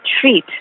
treat